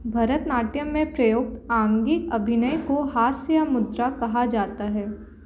भरतनाट्यम में प्रयुक्त आंगिक अभिनय को हस्त या मुद्रा कहा जाता है